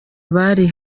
abari